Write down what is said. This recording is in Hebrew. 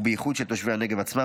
ובייחוד של תושבי הנגב עצמם,